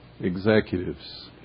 executives